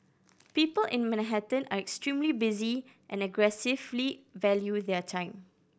people in Manhattan are extremely busy and aggressively value their time